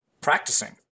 practicing